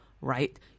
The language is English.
right